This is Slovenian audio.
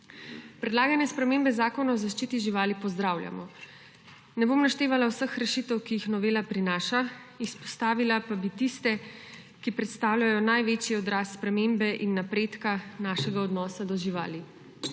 Predlagane spremembe Zakona o zaščiti živali pozdravljamo. Ne bom naštevala vseh rešitev, ki jih novela prinaša, izpostavila pa bi tiste, ki predstavljajo največji odraz spremembe in napredka našega odnosa do živali.